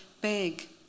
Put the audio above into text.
big